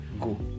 go